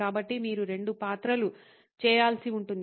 కాబట్టి మీరు రెండు పాత్రలు చేయాల్సి ఉంటుంది